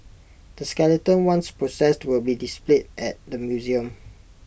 the skeleton once processed will be displayed at the museum